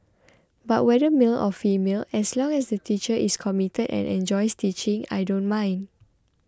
but whether male or female as long as the teacher is committed and enjoys teaching I don't mind